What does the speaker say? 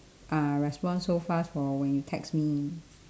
uh respond so fast for when you text me